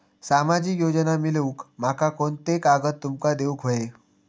सामाजिक योजना मिलवूक माका कोनते कागद तुमका देऊक व्हये?